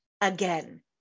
again